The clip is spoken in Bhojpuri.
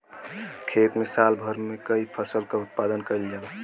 खेत में साल भर में कई फसल क उत्पादन कईल जाला